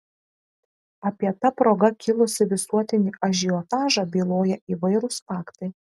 apie ta proga kilusį visuotinį ažiotažą byloja įvairūs faktai